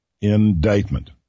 indictment